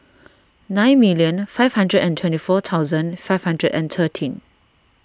nine million five hundred and twenty four thousand five hundred and thirteen